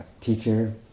teacher